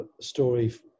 story